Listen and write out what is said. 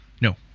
no